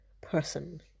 person